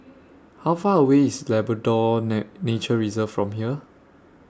How Far away IS Labrador Nature Reserve from here